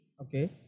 okay